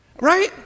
Right